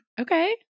Okay